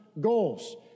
goals